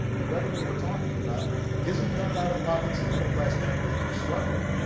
the revenue we're talking about isn't coming out of the pockets of middle-class families that are struggling.